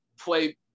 play